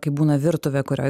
kai būna virtuvė kurioj